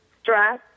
stress